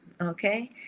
okay